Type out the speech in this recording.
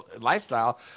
lifestyle